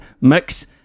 mix